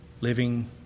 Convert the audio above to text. living